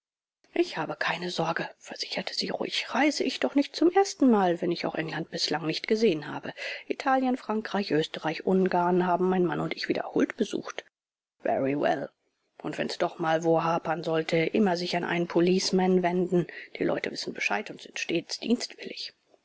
ich habe keine sorge versicherte sie ruhig reise ich doch nicht zum ersten mal wenn ich auch england bisher nicht gesehen habe italien frankreich österreich ungarn haben mein mann und ich wiederholt besucht very well und wenn's doch mal wo hapern sollte immer sich an einen policeman wenden die leute wissen bescheid und sind stets